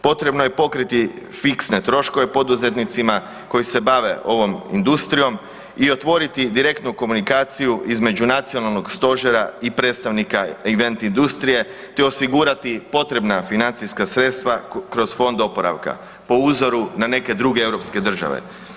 Potrebno je pokriti fiksne troškove poduzetnicima koji se bave ovom industrijom i otvoriti direktnu komunikaciju između nacionalnog stožera i predstavnika event industrije te osigurati potrebna financijska sredstava kroz fond oporavka po uzoru na neke druge europske države.